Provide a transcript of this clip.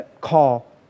call